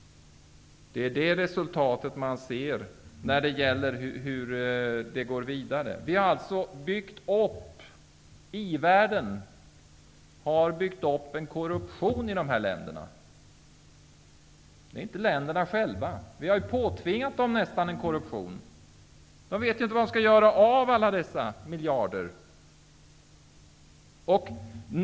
Det är resultat som man ser när det gäller att gå vidare. I-världen har byggt upp en korruption i de här länderna. Det är inte länderna själva som gjort det. Vi har nästan påtvingat dem en korruption. De vet inte vad man skall göra med alla dessa miljarder.